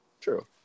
true